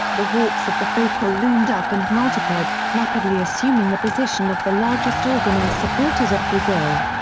the hawks of the faithful loomed up and multiplied, rapidly assuming the position of the largest organized supporters of brazil.